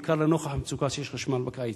בעיקר לנוכח המצוקה של חשמל בקיץ.